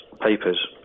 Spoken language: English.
papers